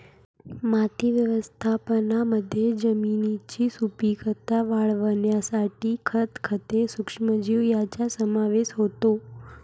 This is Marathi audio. माती व्यवस्थापनामध्ये जमिनीची सुपीकता वाढवण्यासाठी खत, खते, सूक्ष्मजीव यांचा समावेश होतो